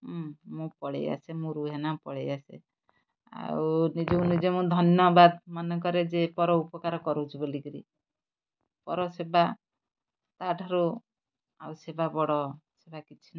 ମୁଁ ପଳେଇ ଆସେ ମୁଁ ରୁହେ ନା ପଳେଇ ଆସେ ଆଉ ନିଜକୁ ନିଜେ ମୁଁ ଧନ୍ୟବାଦ ମନେକରେ ଯେ ପର ଉପକାର କରୁଛି ବୋଲିକିରି ପର ସେବା ତା'ଠାରୁ ଆଉ ସେବା ବଡ଼ ସେବା କିଛି ନାହିଁ